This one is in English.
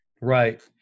Right